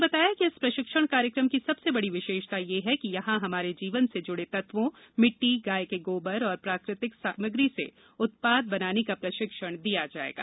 उन्होंने बताया कि इस प्रशिक्षण कार्यक्रम की सबसे बड़ी विशेषता ये है कि यहां हमारे जीवन से जुड़े तत्वों मिट्टी गाय के गोबर और प्राकृतिक सामग्री से उत्पाद बनाने का प्रशिक्षण दिया जाएगा